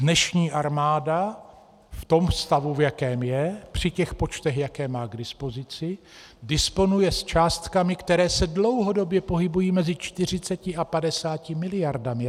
Dnešní armáda v tom stavu, v jakém je, při těch počtech, jaké má k dispozici, disponuje s částkami, které se dlouhodobě pohybují mezi 40 a 50 miliardami reálně.